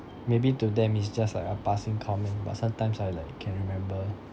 maybe to them it's just like a passing comment but sometimes I like can remember